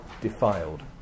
defiled